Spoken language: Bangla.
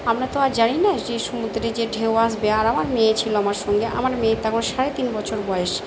আমরা তো আর জানি না যে সমুদ্রে যে ঢেউ আসবে আর আমার মেয়ে ছিল আমার সঙ্গে আমার মেয়ের তখন সাড়ে তিন বছর বয়স